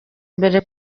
mbere